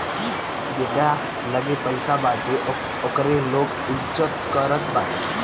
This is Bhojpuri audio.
जेकरा लगे पईसा बाटे ओकरे लोग इज्जत करत बाटे